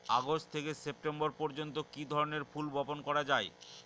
August থেকে September পর্যন্ত কি ধরনের ফুল বপন করা যায়?